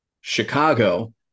Chicago